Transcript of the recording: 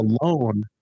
alone